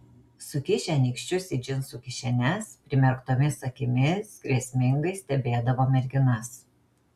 sukišę nykščius į džinsų kišenes primerktomis akimis grėsmingai stebėdavo merginas